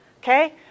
okay